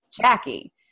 Jackie